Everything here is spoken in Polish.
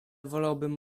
wolałbym